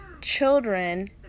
children